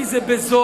כי זה בזול,